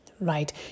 right